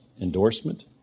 endorsement